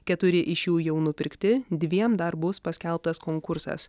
keturi iš jų jau nupirkti dviem dar bus paskelbtas konkursas